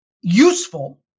useful